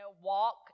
walk